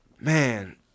man